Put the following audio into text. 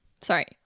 sorry